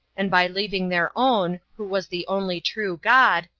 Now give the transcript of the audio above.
and by leaving their own, who was the only true god,